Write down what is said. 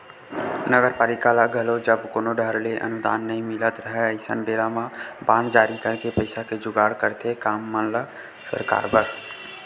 नगरपालिका ल घलो जब कोनो डाहर ले अनुदान नई मिलत राहय अइसन बेरा म बांड जारी करके पइसा के जुगाड़ करथे काम मन ल सरकाय बर